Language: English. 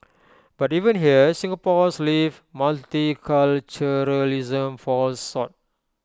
but even here Singapore's lived multiculturalism falls short